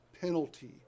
penalty